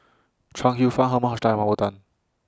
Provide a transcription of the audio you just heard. Chuang Hsueh Fang Herman Hochstadt and Mah Bow Tan